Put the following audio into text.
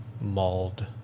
mauled